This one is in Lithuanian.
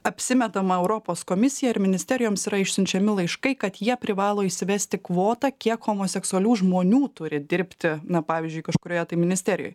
apsimetama europos komisija ir ministerijoms yra išsiunčiami laiškai kad jie privalo įsivesti kvotą kiek homoseksualių žmonių turi dirbti na pavyzdžiui kažkurioje tai ministerijoj